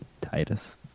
Titus